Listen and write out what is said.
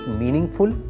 meaningful